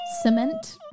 Cement